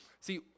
See